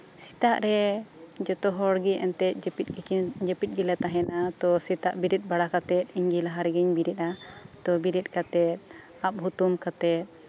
ᱥᱮᱛᱟᱜ ᱨᱮ ᱮᱱᱛᱮᱜ ᱡᱚᱛᱚ ᱦᱚᱲᱜᱮ ᱡᱟᱹᱯᱤᱫ ᱜᱮᱞᱮ ᱛᱟᱦᱮᱱᱟ ᱛᱳ ᱥᱮᱛᱟᱜ ᱵᱮᱨᱮᱫ ᱵᱟᱲᱟ ᱠᱟᱛᱮᱜ ᱞᱟᱦᱟ ᱨᱮᱜᱮᱧ ᱵᱮᱨᱮᱫᱟ ᱵᱮᱨᱮᱫ ᱠᱟᱛᱮᱫ ᱟᱵ ᱦᱩᱛᱩᱢ ᱠᱟᱛᱮᱫ